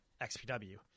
XPW